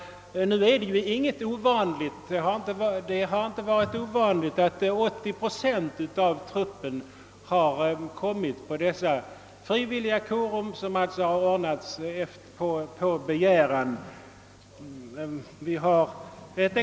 Det har inte varit ovanligt att 80 procent av truppen kommit till de frivilliga korum som ordnats på begäran av de värnpliktiga.